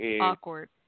awkward